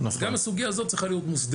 אז גם הסוגייה הזאת צריכה להיות מוסדרת,